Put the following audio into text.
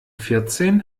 vierzehn